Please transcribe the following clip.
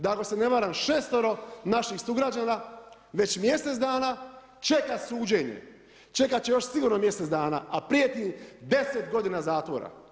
Da ako se ne varam 6.-ero naših sugrađana već mjesec dana čeka suđenje, čekati će još sigurno mjesec dana a prijeti im 10 godina zatvora.